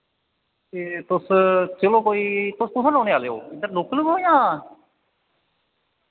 ते तुस चलो कोई तुस कुत्थैं रोह्ने आह्ले ओ इद्धर लोकल ओ जां